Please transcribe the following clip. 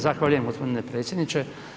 Zahvaljujem gospodine predsjedniče.